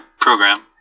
program